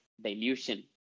dilution